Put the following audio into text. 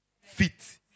fit